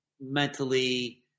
mentally